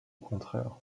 contraire